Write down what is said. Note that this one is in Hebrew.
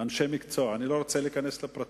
אני לא רוצה להיכנס לפרטים.